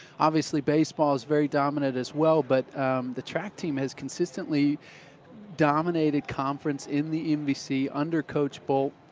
obviously baseball is very dominant as well. but the track team has consistently dominated conference in the nbc under coach bolt